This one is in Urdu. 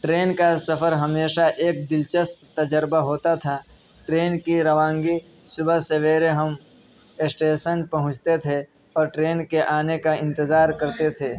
ٹرین کا سفر ہمیشہ ایک دلچسپ تجربہ ہوتا تھا ٹرین کی روانگی صبح سویرے ہم اشٹیسن پہنچتے تھے اور ٹرین کے آنے کا انتظار کرتے تھے